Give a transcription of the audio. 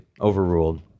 Overruled